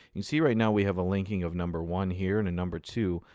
you see right now we have a linking of number one here and a number two.